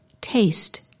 Taste